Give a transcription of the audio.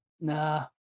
Nah